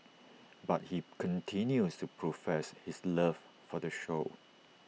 but he continues to profess his love for the show